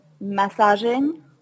massaging